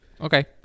Okay